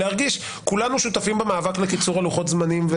להרגיש: כולנו שותפים במאבק לקיצור לוחות הזמנים.